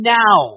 now